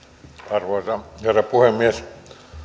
arvoisa herra puhemies